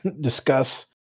discuss